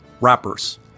rappers